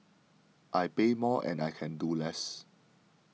I pay more and I can do less